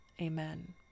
Amen